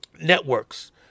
networks